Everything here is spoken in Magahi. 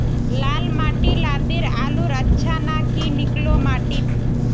लाल माटी लात्तिर आलूर अच्छा ना की निकलो माटी त?